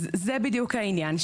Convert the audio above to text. אז זה בדיוק העניין,